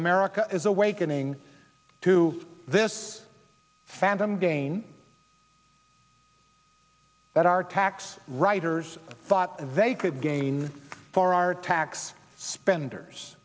america is awakening to this fandom again that our tax writers thought they could gain for our tax spenders